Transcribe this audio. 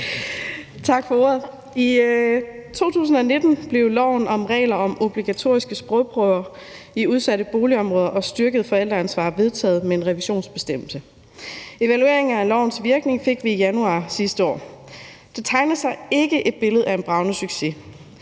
I 2019 blev loven om regler om obligatoriske sprogprøver i udsatte boligområder og styrket forældreansvar vedtaget med en revisionsbestemmelse. Evalueringen af lovens virkning fik vi i januar sidste år. Der tegner sig ikke et billede af en bragende succes.